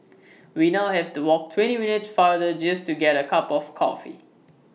we now have to walk twenty minutes farther just to get A cup of coffee